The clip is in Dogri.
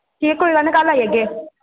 एह् कोई गल्ल निं कल आई जाह्गे